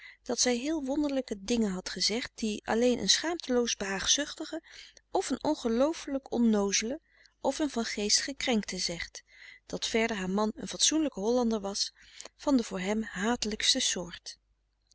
dat zij heel wonderlijke dingen had gezegd die alleen een schaamteloos behaagzuchtige of een ongeloofelijk onnoozele of een van geest gekrenkte zegt dat verder haar man een fatsoenlijke hollander was van de voor hem hatelijkste soort